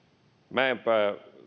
mäenpää